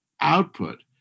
output